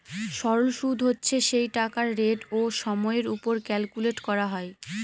সরল সুদ হচ্ছে সেই টাকার রেট ও সময়ের ওপর ক্যালকুলেট করা হয়